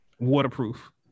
Waterproof